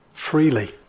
freely